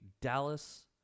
dallas